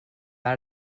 out